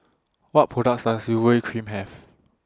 What products Does Urea Cream Have